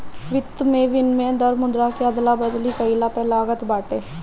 वित्त में विनिमय दर मुद्रा के अदला बदली कईला पअ लागत बाटे